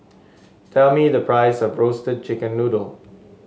tell me the price of Roasted Chicken Noodle